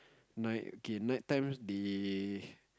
night K night times they